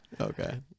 okay